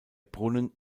brunnen